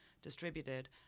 distributed